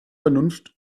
vernunft